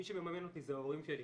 מי שמממן אותי זה ההורים שלי,